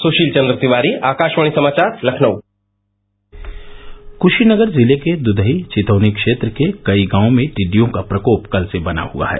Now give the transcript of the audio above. सुशील चन्द्र तिवारी आकाशवाणी समाचार लखनऊ कुशीनगर जिले के दुदही छितौनी क्षेत्र के कई गांवों में टिड्डियों का प्रकोप कल से बना हुआ है